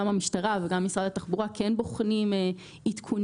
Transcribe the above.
גם המשטרה וגם משרד התחבורה כן בוחנים עדכונים